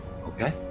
Okay